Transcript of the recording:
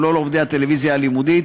ולא לעובדי הטלוויזיה הלימודית,